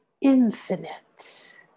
infinite